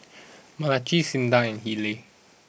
Malachi Cinda and Haylie